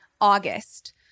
August